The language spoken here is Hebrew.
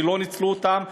שלא ניצלו אותם,